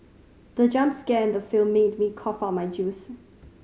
the jump scare in the film made me cough out my juice